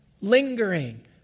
lingering